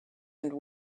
and